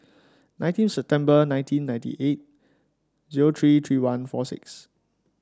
nineteen September nineteen ninety eight zero three three one forty six